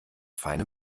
feine